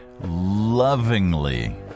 Lovingly